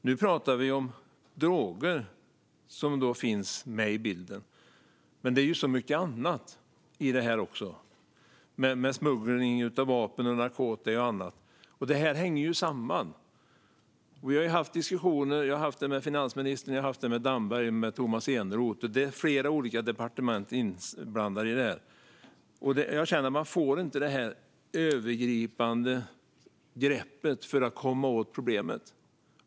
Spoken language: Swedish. Nu pratar vi om droger, som finns med i bilden, men det finns ju också mycket annat i detta, som smuggling av vapen och narkotika. Det här hänger ju samman. Jag har haft diskussioner med finansministern, med Damberg och med Tomas Eneroth. Det är flera olika departement inblandade i detta, och jag känner att man inte får något övergripande grepp för att komma åt problemet.